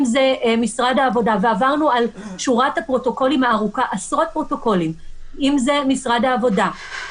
משרד העבודה ועברנו על שורת הפרוטוקולים הארוכה או אגף